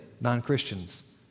non-Christians